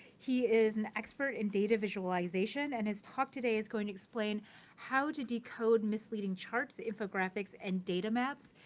he is an expert in data visualization, and his talk today is going to explain how to decode misleading charts info graphics and data maps.